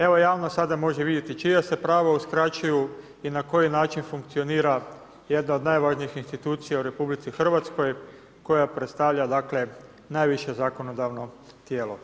Evo javnost sada može vidjeti čija se prava uskraćuju i na koji način funkcionira jedna od najvažnijih institucija u RH koja predstavlja najviše zakonodavno tijelo.